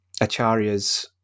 Acharya's